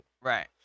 Right